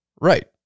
Right